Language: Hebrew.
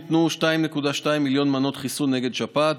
ניתנו 2.2 מיליון מנות חיסון נגד שפעת.